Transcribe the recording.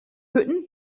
hütten